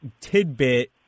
tidbit